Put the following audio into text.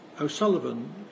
O'Sullivan